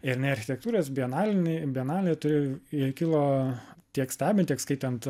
ir jinai architektūros bienalin bienalėj turėjo jai kilo tiek stebint tiek skaitant